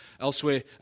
Elsewhere